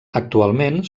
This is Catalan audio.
actualment